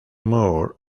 moore